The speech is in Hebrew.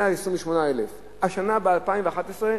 128,000. השנה, ב-2011,